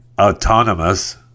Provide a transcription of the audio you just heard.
autonomous